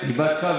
היא בדקה,